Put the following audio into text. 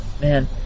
man